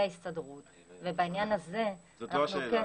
ההסתדרות ובעניין הזה --- זאת לא השאלה.